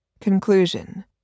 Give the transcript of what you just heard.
Conclusion